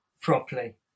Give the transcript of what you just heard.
properly